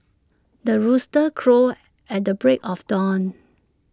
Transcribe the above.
the rooster crows at the break of dawn